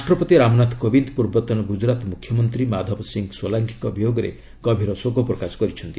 ରାଷ୍ଟ୍ରପତି ରାମନାଥ କୋବିନ୍ଦ ପୂର୍ବତନ ଗୁଜ୍ଚରାତ୍ ମୁଖ୍ୟମନ୍ତ୍ରୀ ମାଧବନସଂ ସୋଲାଙ୍କି ଙ୍କ ବିୟୋଗରେ ଗଭୀର ଶୋକ ପ୍ରକାଶ କରିଛନ୍ତି